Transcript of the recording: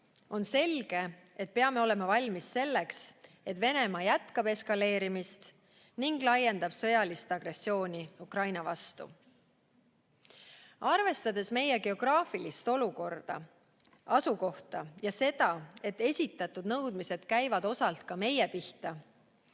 On selge, et peame olema valmis selleks, et Venemaa jätkab eskaleerimist ning laiendab sõjalist agressiooni Ukraina vastu. Arvestades meie geograafilist asukohta ja seda, et esitatud nõudmised käivad osalt ka meie pihta,